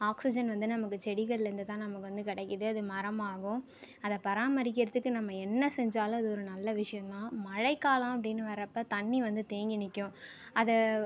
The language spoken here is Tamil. ஆக்சிஜன் வந்து நமக்கு செடிகளிலேருந்து தான் நமக்கு வந்து கிடைக்கிது அது மரமாகும் அதை பராமரிக்கிறதுக்கு நம்ம என்ன செஞ்சாலும் அது ஒரு நல்ல விஷயம் தான் மழைக்காலம் அப்படின்னு வரப்போ தண்ணி வந்து தேங்கி நிற்கும் அதை